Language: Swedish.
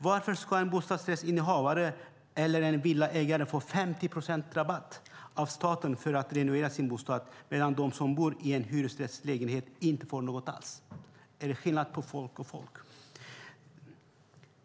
Varför ska en bostadsrättsinnehavare eller en villaägare få 50 procent rabatt av staten för att renovera sin bostad, medan de som bor i en hyresrättslägenhet inte får något alls? Är det skillnad på folk och folk?